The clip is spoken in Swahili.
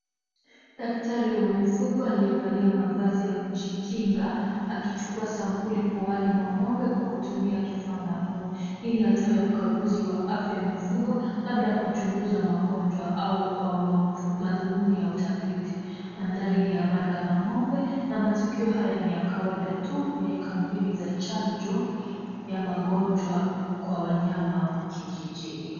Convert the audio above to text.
Daktari wa mifugo, aliyevalia mavazi ya kujinga, akichukua sambuli puani mwa ng'ombe kwa kutumia kifaa maalum. Hii ni hatua ya ukaguzi wa afya ya mifugo, labda kuchunguza magonjwa au kwa mautu.,mathumni ya utafiti. Manthari ni ya bara la ng'ombe na matukio haya ni ya kawaida tu kwenye kampeni za chanjo ya magonjwa kwa wanyama kijijini.